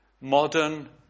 modern